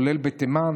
כולל תימן,